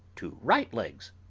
two right legs,